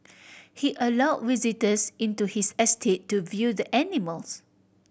he allow visitors into his estate to view the animals